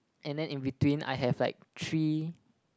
and then in between I have like three